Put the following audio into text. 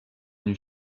une